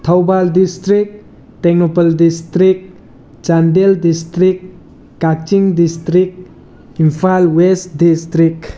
Thoubal district Tengnoupal district Chandel district Kakching district Imphal west district